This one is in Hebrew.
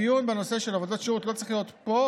הדיון בנושא של עבודות שירות לא צריך להיות פה.